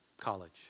college